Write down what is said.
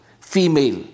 female